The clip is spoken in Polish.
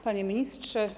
Panie Ministrze!